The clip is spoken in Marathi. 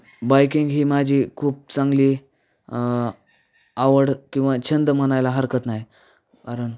बायकिंग ही माझी खूप चांगली आवड किंवा छंद म्हणायला हरकत नाही आहे कारण